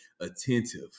attentive